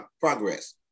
progress